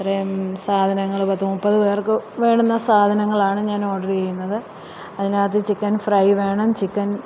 ഇത്രയും സാധനങ്ങള് പത്ത് മുപ്പത് പേർക്ക് വേണ്ടുന്ന സാധനങ്ങളാണ് ഞാൻ ഓർഡര് ചെയ്യുന്നത് അതിനകത്ത് ചിക്കൻ ഫ്രൈ വേണം ചിക്കൻ